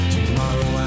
Tomorrow